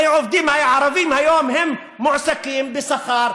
הרי הערבים היום מועסקים בשכר.